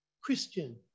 Christian